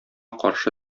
каршы